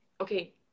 okay